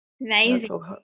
amazing